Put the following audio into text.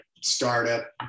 startup